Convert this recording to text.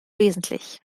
wesentlich